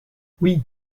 oui